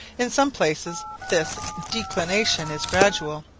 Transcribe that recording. in some places this declination is gradual,